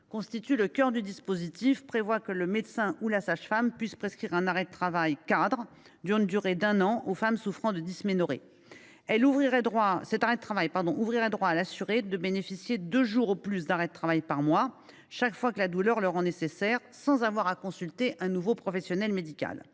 constitue le cœur du dispositif. Il prévoit que le médecin ou la sage femme puissent prescrire un arrêt de travail cadre d’une durée d’un an aux femmes souffrant de dysménorrhées. Cette prescription ouvrirait droit à l’assurée de bénéficier de deux jours au plus d’arrêt de travail par mois, chaque fois que la douleur le rend nécessaire, sans avoir à consulter de nouveau un professionnel médical.